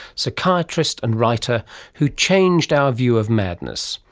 psychiatrist and writer who changed our view of madness.